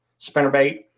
spinnerbait